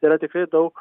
tai yra tikrai daug